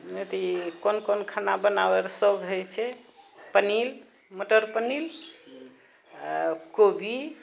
अथी कोन कोन खाना बनाबैरऽ सौख हइ छै पनीर मटर पनीर कोबी